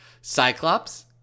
cyclops